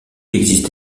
existe